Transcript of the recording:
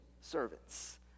servants